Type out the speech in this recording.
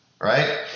right